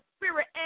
spirit